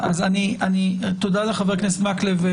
תודה לחבר הכנסת מקלב.